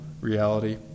reality